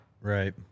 Right